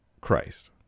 Christ